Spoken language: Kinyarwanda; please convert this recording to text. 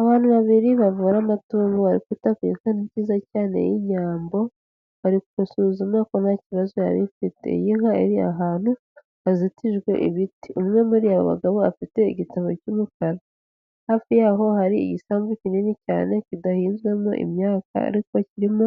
Abantu babiri bavura amatungo bari kwita kunka nziza cyane y'inyambo, bari gusuzuma ko nta kibazo yari ifite. Iyi nka iri ahantu hazitijwe ibiti, umwe muri abo bagabo afite igitabo cy'umukara, hafi yaho hari igisambu kinini cyane kidahinzwamo imyaka, ariko kirimo